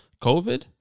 COVID